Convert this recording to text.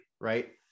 right